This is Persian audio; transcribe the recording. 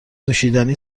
نوشیدنی